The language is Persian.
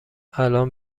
الان